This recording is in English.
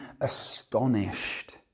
astonished